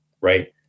Right